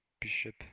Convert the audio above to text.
Bishop